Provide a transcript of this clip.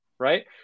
right